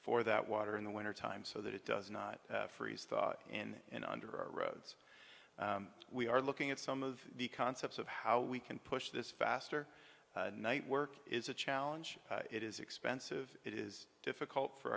for that water in the wintertime so that it does not freeze thaw in and under our roads we are looking at some of the concepts of how we can push this faster night work is a challenge it is expensive it is difficult for